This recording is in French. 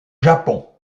japon